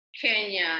Kenya